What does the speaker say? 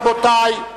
רבותי,